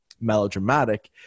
melodramatic